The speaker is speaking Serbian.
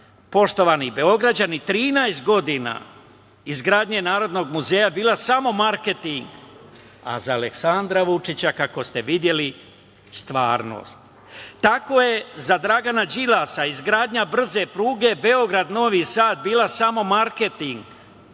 poštovani Beograđani, 13 godina izgradnje Narodnog muzeja bilo samo marketing, a za Aleksandra Vučića, kako ste videli, stvarnost. Tako je za Dragana Đilasa izgradnja brze pruge Beograd – Novi Sad bilo samo marketing,